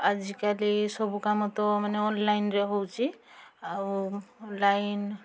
ଆଜିକାଲି ସବୁ କାମ ତ ମାନେ ଅନଲାଇନ୍ରେ ହେଉଛି ଆଉ ଲାଇନ୍